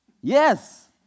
Yes